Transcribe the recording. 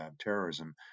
terrorism